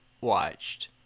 watched